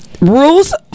rules